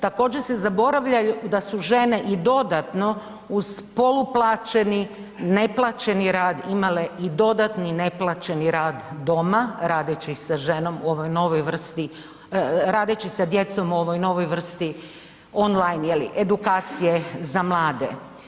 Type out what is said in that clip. Također, se zaboravlja da su žene i dodatno uz poluplaćeni, neplaćeni rad imale i dodatni neplaćeni rad doma radeći sa ženom u ovoj novoj vrsti, radeći sa djecom u ovoj novoj vrsti, on line je li edukacije za mlade.